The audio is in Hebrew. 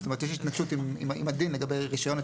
התנגדות עם הדין לגבי רישיון?